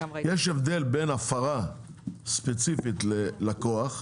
יש הבדל בין הפרה ספציפית ללקוח,